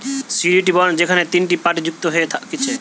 surety bond যেখেনে তিনটে party যুক্ত হয়ে থাকছে